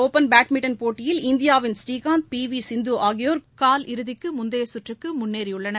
இந்தோனேஷிய open badminton போட்டியில் இந்தியாவின் Srikanth P V Sindhu ஆகியோர் கால் இறுதிக்கு முந்தைய சுற்றுக்கு முன்னேறியுள்ளனர்